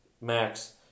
Max